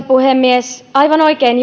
puhemies aivan oikein